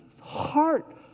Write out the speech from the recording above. heart